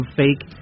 fake